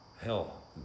Hell